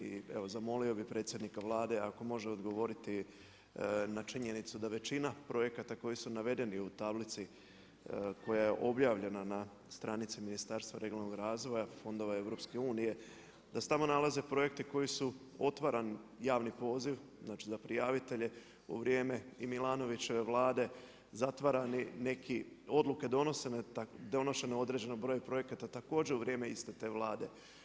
I evo zamolio bih predsjednika Vlade ako može odgovoriti na činjenicu da većina projekata koji su navedeni u tablici koja je objavljena na stranici Ministarstva regionalnog razvoja, fondova EU da se tamo nalaze projekti koji su otvaran javni poziv, znači za prijavitelje u vrijeme i Milanovićeve Vlade, zatvarani neki, odluke donose, donošene na određenom broju projekata također u vrijeme iste te Vlade.